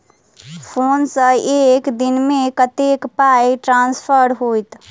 Phone सँ एक दिनमे कतेक पाई ट्रान्सफर होइत?